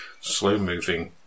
Slow-moving